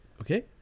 okay